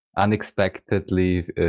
unexpectedly